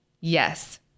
Yes